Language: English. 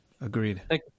Agreed